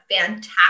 fantastic